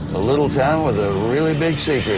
a little town with a really big secret.